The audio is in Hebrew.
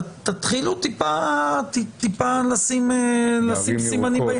תתחילו טיפה לשים סימנים.